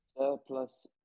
Surplus